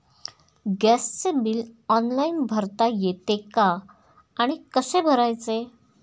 गॅसचे bill online भरता येते का आणि कसे भरायचे?